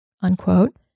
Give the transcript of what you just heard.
unquote